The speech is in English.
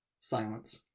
Silence